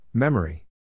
Memory